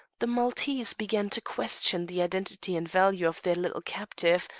the maltese began to question the identity and value of their little captive,